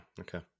Okay